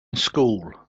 school